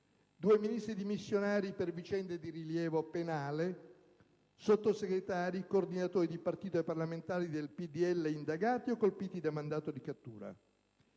due Ministri dimissionari per vicende di rilievo penale, Sottosegretari, coordinatori di partito e parlamentari del PdL indagati o colpiti da mandato di cattura.